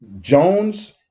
Jones